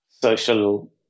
social